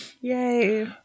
Yay